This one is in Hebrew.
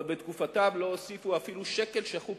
אבל בתקופתם לא הוסיפו אפילו שקל שחוק